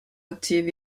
active